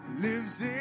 Lives